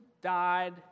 died